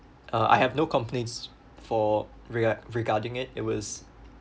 uh I have no complaints for regar~ regarding it it was